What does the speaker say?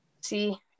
See